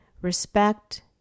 respect